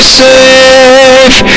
safe